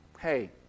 hey